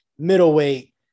middleweight